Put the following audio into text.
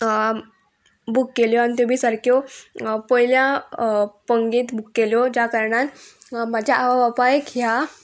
book केल्यो आनी त्यो बी सारक्यो पयल्या पंगेंत बूक केल्यो ज्या कारणान म्हाज्या आवय बापायक ह्या